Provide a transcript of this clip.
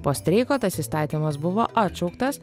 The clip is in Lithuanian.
po streiko tas įstatymas buvo atšauktas